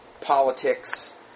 politics